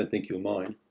ah think you'll mind.